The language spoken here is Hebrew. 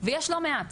ויש לא מעט,